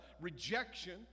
rejection